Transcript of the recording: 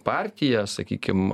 partiją sakykim